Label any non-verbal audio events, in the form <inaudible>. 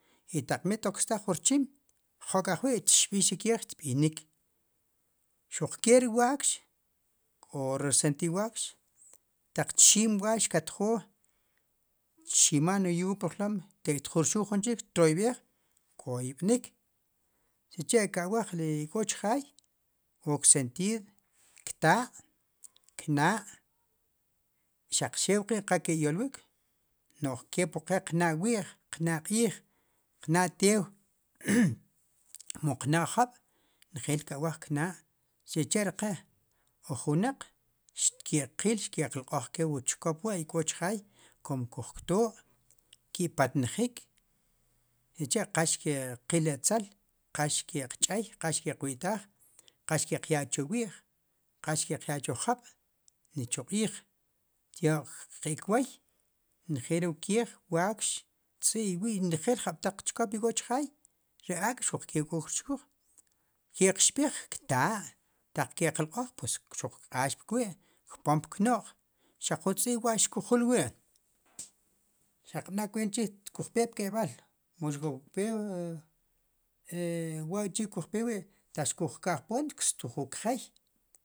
I taq mitokstaj wu rchim jo' q'ajwi' txb'ix ri keej tb'inik xuq ke ri wakx q'o ri rsentid wakx taq txiim wakx katjo' ximaj wu yuu pir jlam tek' tjurxul jun chik troyb'eej koyb'nik sicha ke awaj le ik'o chjaay k'o ksentid kta' kna' xaq xew kin qa ki' yolwik nu'j kipwu ke kna' wi'j kna' q'iij qna' tew <noise> mu qna' jab' nejel ke awaj kn'a sicha ri ke uj wnaq xkeqil xkeqlq'oj kewu chkop wa ik'o chjaay kumo kujkto' ki' patnij sicha' qa xkeqil etzel qa xkeqch'ey qa xke'q witaaj qa xkeqya'n chu wi'j qa xkeq'ya'n chu jab' ni chu q'iij tioq ki' kwoy nejeel re wu keej wakx tz'i' <unintelligible> nejel ri jab'taq chkop ik'o chjaay ri ak' xuq ke k'o kchkuj ke'q xb'ij ktaa' taq ke'qlq'o pues xuq kq'ax pqwi' kpon pikno'j xaq ju tz'i' wa xkujulwi' xaq qb'na' kuent chriij xkujpe pk'eyb'al mu xkujpe <hesitation> wachi xkujpe wi' taq xkujkka'jpoon tikstuj wu kje